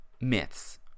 myths